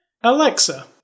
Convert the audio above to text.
Alexa